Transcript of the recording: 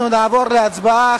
אנחנו נעבור להצבעה.